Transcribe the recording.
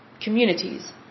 communities